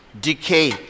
decay